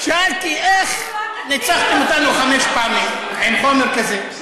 שאלתי, איך ניצחתם אותנו חמש פעמים, עם חומר כזה?